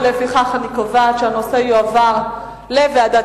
ולפיכך אני קובעת שהנושא יועבר לוועדת